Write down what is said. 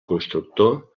constructor